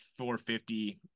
450